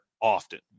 often